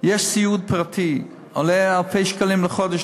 יש סיעוד פרטי שלפעמים עולה אלפי שקלים בחודש,